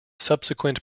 subsequent